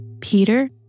Peter